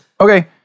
Okay